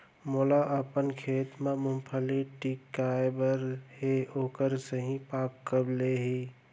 मोला अपन खेत म मूंगफली टिपकाय बर हे ओखर सही पाग कब ले हे?